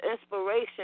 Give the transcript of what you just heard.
inspiration